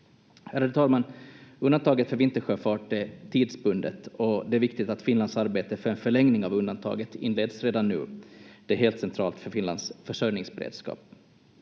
Ärade talman! Undantaget för vintersjöfart är tidsbundet och det är viktigt att Finlands arbete för en förlängning av undantaget inleds redan nu. Det är helt centralt för Finlands försörjningsberedskap.